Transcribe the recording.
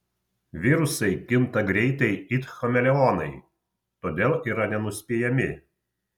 virusai kinta greitai it chameleonai todėl yra nenuspėjami